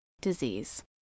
disease